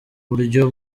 buryo